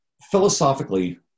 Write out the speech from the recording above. Philosophically